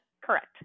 Correct